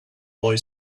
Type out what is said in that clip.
boy